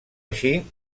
així